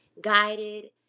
guided